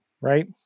right